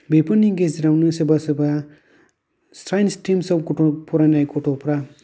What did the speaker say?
बेफोरनि गेजेरावनो सोरबा सोरबा साइन्स स्ट्रिमसाव फरायनाय गथ'फ्रा